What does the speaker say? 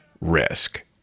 risk